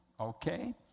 Okay